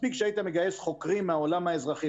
מספיק שהיית מגייס חוקרים מהעולם האזרחי,